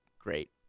great